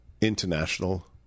International